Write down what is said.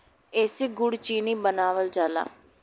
एसे गुड़ चीनी बनावल जाला